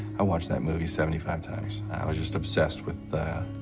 i watched that movie seventy five times. i was just obsessed with,